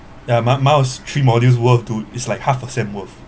ya mine mine was three modules worth dude is like half a sem worth